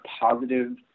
positive